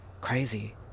crazy